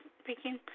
speaking